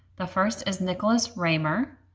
the first is nicholas raymer,